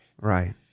Right